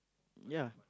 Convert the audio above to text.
ya